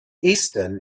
easton